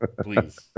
Please